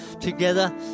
together